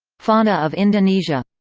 fauna of indonesia